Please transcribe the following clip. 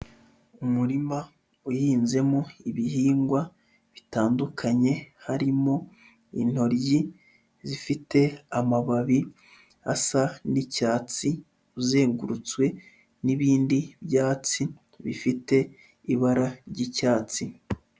Umurima uhinzemo ibihingwa bitandukanye, harimo intoryi zifite amababi asa n'icyatsi, uzengurutswe n'ibindi byatsi bifite ibara ry'icyatsi.